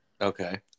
Okay